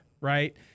right